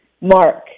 Mark